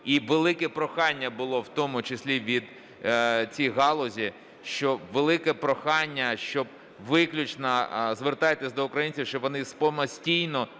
І велике прохання було в тому числі від цих галузей, що велике прохання, щоб виключно звертайтесь до українців, щоб вони самостійно